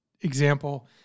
example